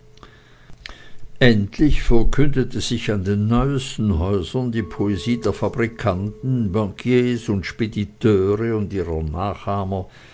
endlich verkündete sich an den neuesten häusern die poesie der fabrikanten bankiere und spediteure und ihrer